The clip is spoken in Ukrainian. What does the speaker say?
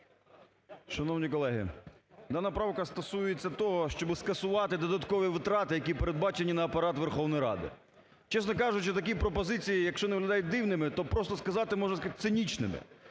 Шановні колеги, дана правка стосується того, щоб скасувати додаткові витрати, які передбачені на Апарат Верховної Ради. Чесно кажучи, такі пропозиції, якщо не виглядають дивними, то просто сказати, можна сказать цинічними.